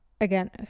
again